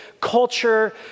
culture